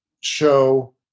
show